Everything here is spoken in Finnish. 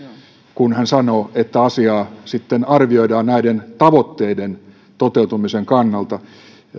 kun hän sanoo että asiaa sitten arvioidaan näiden tavoitteiden toteutumisen kannalta